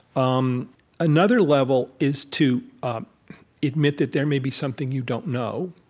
um another level is to um admit that there may be something you don't know.